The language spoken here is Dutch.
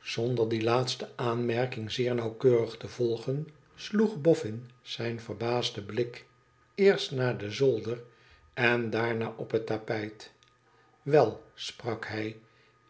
zonder die laatste aanmerking zeer nauwkeurig te volgen sloeg boffin zijn verbaasden blik eerst naar de zolder en daarna op het tapijt wel sprak hij